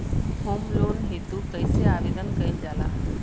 Home loan हेतु कइसे आवेदन कइल जाला?